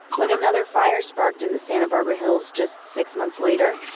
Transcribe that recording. when another fire sparked in the santa barbara hills just six months later,